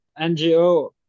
NGO